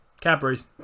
Cadbury's